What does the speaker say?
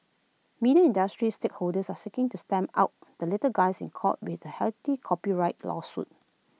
media industry stakeholders are seeking to stamp out the little guys in court with A hefty copyright lawsuit